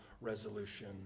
resolution